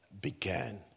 began